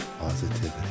positivity